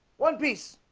one piece